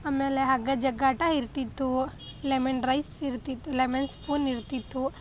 ಆಮೇಲೆ ಹಗ್ಗ ಜಗ್ಗಾಟ ಇರ್ತಿತ್ತು ಲೆಮನ್ ರೈಸ್ ಇರ್ತಿತ್ತು ಲೆಮನ್ ಸ್ಪೂನ್ ಇರ್ತಿತ್ತು